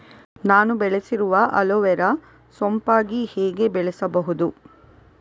ನಾನು ಬೆಳೆಸಿರುವ ಅಲೋವೆರಾ ಸೋಂಪಾಗಿ ಹೇಗೆ ಬೆಳೆಸಬಹುದು?